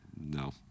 No